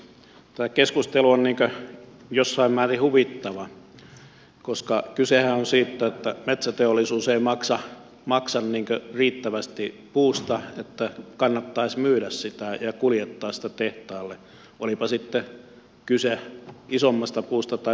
tämä keskustelu on jossain määrin huvittava koska kysehän on siitä että metsäteollisuus ei maksa riittävästi puusta että kannattaisi myydä sitä ja kuljettaa sitä tehtaalle olipa sitten kyse isommasta puusta tai pienemmästä